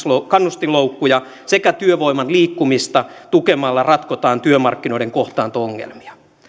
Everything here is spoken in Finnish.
kannustinloukkuja sekä työvoiman liikkumista tukemalla ratkotaan työmarkkinoiden kohtaanto ongelmaa